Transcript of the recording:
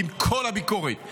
עם כל הביקורת,